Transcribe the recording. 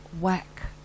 whack